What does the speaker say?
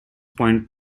point